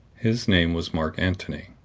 his name was mark antony.